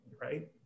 right